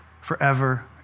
forever